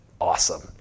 awesome